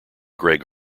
greg